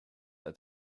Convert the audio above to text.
that